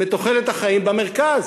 מתוחלת החיים במרכז.